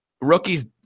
rookies